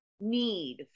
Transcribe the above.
need